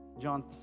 John